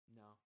no